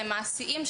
צעדים מעשיים,